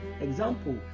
example